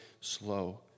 slow